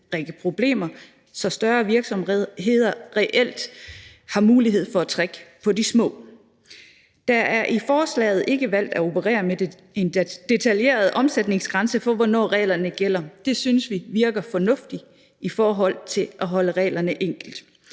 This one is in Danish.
række problemer, så større virksomheder reelt har mulighed for at trække på de små. Der er i forslaget ikke valgt at operere med en detaljeret omsætningsgrænse for, hvornår reglerne gælder, og det synes vi virker fornuftigt i forhold til at holde reglerne enkle.